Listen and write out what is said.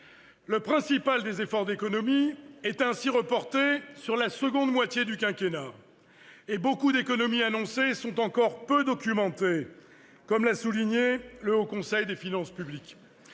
Le principal des efforts d'économies est ainsi reporté sur la seconde moitié du quinquennat, et beaucoup d'économies annoncées sont encore peu documentées, comme l'a souligné le Haut Conseil des finances publiques.